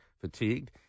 fatigued